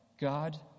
God